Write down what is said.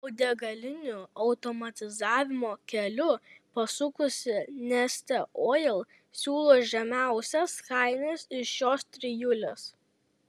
o degalinių automatizavimo keliu pasukusi neste oil siūlo žemiausias kainas iš šios trijulės